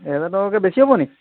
এহেজাৰ টকাকে বেচি হ'ব নি